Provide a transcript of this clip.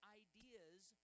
ideas